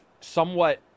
somewhat